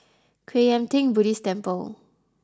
Kwan Yam Theng Buddhist Temple